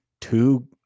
two